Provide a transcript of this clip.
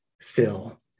fill